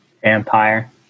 vampire